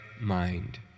mind